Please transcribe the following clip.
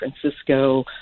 Francisco